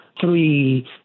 three